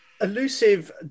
elusive